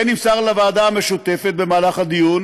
כן נמסר לוועדה המשותפת בדיון